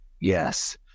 Yes